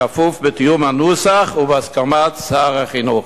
כפוף לתיאום הנוסח ובהסכמת שר החינוך.